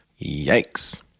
Yikes